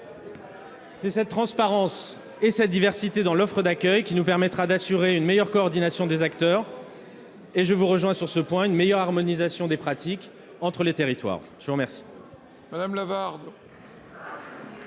C'est cette transparence et cette diversité dans l'offre d'accueil qui nous permettront d'assurer une meilleure coordination des acteurs et une meilleure harmonisation des pratiques entre les territoires. La parole